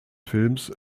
films